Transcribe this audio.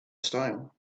style